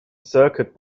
circuit